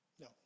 No